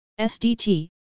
SDT